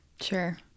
Sure